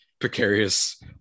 precarious